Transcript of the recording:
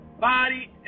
body